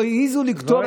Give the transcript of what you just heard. לא העזו לכתוב על הארבעה,